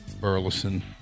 Burleson